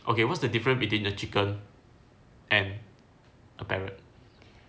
okay what's the different between the chicken and a parrot